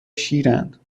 شیرند